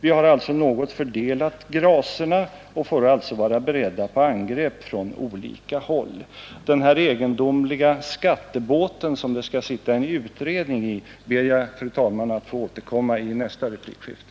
Vi har alltså något fördelat gracerna och får följaktligen vara beredda på angrepp från olika håll. Den här egendomliga skattebåten, som det skall sitta en utredning i, ber jag fru talman, att få återkomma till i nästa replikskifte.